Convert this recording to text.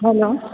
hello